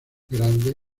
grande